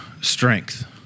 strength